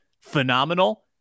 phenomenal